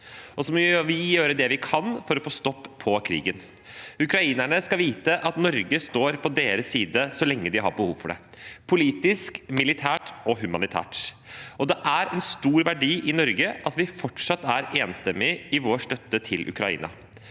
Så må vi gjøre det vi kan for å få stoppet krigen. Ukrainerne skal vite at Norge står på deres side så lenge de har behov for det – politisk, militært og humanitært. Det er en stor verdi i Norge at vi fortsatt er enstemmig i vår støtte til Ukraina.